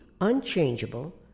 unchangeable